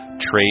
Trade